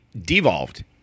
devolved